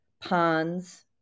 ponds